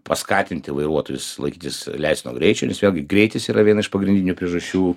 paskatinti vairuotojus laikytis leistino greičio nes vėlgi greitis yra viena iš pagrindinių priežasčių